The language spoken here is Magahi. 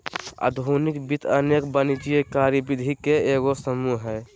आधुनिक वित्त अनेक वाणिज्यिक कार्यविधि के एगो समूह हइ